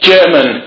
German